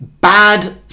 bad